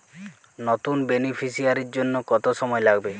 নতুন বেনিফিসিয়ারি জন্য কত সময় লাগবে?